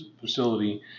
facility